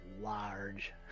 large